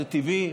זה טבעי,